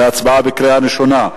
להצבעה בקריאה ראשונה.